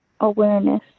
awareness